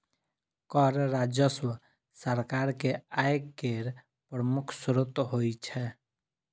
कर राजस्व सरकार के आय केर प्रमुख स्रोत होइ छै